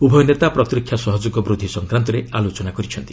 ଉଭୟ ନେତା ପ୍ରତିରକ୍ଷା ସହଯୋଗ ବୃଦ୍ଧି ସଂକ୍ରାନ୍ତରେ ଆଲୋଚନା କରିଛନ୍ତି